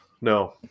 no